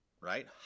right